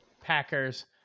Packers